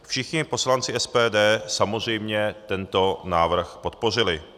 Všichni poslanci SPD samozřejmě tento návrh podpořili.